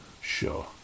sure